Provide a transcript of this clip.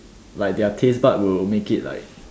like their taste bud will make it like